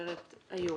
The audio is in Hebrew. מתפזרת היום,